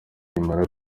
nirimara